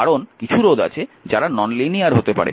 কারণ কিছু রোধ আছে যারা নন লিনিয়ার হতে পারে